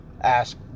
ask